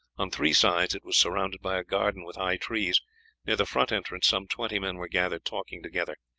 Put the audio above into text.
on three sides it was surrounded by a garden with high trees near the front entrance some twenty men were gathered talking together.